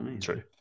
true